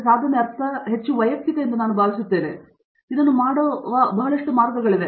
ಆದರೆ ಸಾಧನೆ ಅಥವಾ ಸಾಧನೆಯ ಅರ್ಥವು ಹೆಚ್ಚು ವೈಯಕ್ತಿಕವೆಂದು ನಾನು ಭಾವಿಸುತ್ತೇನೆ ಮತ್ತು ಇದನ್ನು ಮಾಡಬಹುದಾದ ಹಲವಾರು ಮಾರ್ಗಗಳಿವೆ